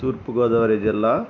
తూర్పుగోదావరి జిల్లా